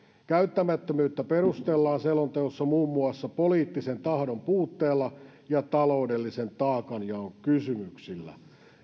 käyttämättömyyttä perustellaan selonteossa muun muassa poliittisen tahdon puutteella ja taloudellisen taakanjaon kysymyksillä